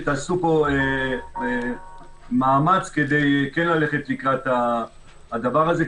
שתעשו פה מאמץ כדי ללכת לקראת הדבר הזה,